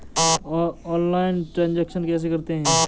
Online transaction कैसे करते हैं?